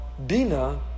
Bina